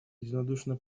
единодушно